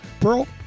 pearl